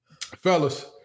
fellas